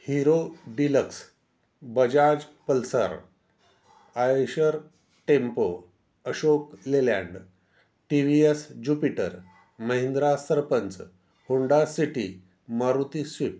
hero Deluxe Bajaj Pulsar Eicher Tempo Ashok Leyland T V S Jupiter Mahindra Sarpanch Honda City Maruti Swift